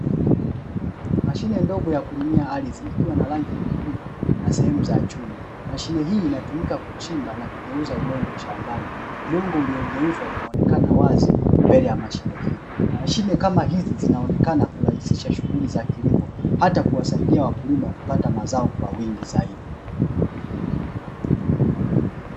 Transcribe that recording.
Mashine ndogo ya kulimia ardhi ikiwa na rangi nyekundu na sehemu za chuma, mashine hii inatumika kuchimba na kugeuza udongo shambani, udongo uliogeuzwa unaonekana wazi mbele ya mashine hiyo, mashine kama hizi zinaonekana kurahisisha shughuli za kilimo hata kuwasaidia wakulima kupata mazao kwa wingi zaidi.